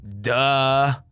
Duh